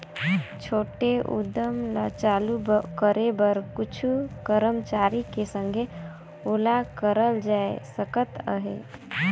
छोटे उद्यम ल चालू करे बर कुछु करमचारी के संघे ओला करल जाए सकत अहे